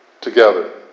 together